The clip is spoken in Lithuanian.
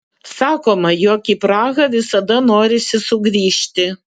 sakoma jog į prahą visada norisi sugrįžti